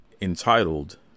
entitled